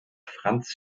franz